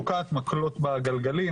תוקעת מקלות בגלגלים.